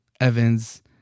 Evans